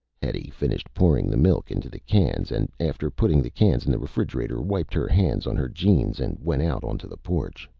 hetty finished pouring the milk into the cans and after putting the cans in the refrigerator, wiped her hands on her jeans and went out onto the porch,